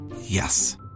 Yes